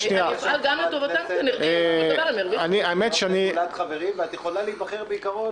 וגם השאלה ששאלת קודם קשורה לזה אולי.